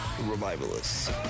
Revivalists